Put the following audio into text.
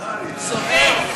בבקשה, סגן השר נהרי.